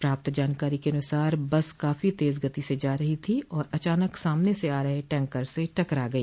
प्राप्त जानकारी के अनुसार बस काफी तेज गति से जा रही थी और अचानक सामने से आ रहे टैंकर से टकरा गई